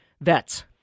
vets